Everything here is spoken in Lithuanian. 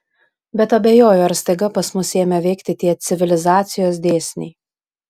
bet abejoju ar staiga pas mus ėmė veikti tie civilizacijos dėsniai